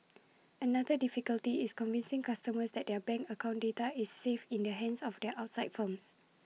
another difficulty is convincing customers that their bank account data is safe in the hands of the outside firms